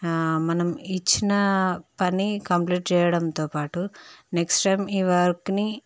మనం ఇచ్చిన పని కంప్లీట్ చేయడంతో పాటు నెక్స్ట్ టైమ్ ఈ వర్క్ని